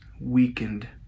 weakened